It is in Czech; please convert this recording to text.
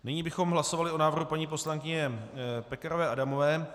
Nyní bychom hlasovali o návrhu paní poslankyně Pekarové Adamové.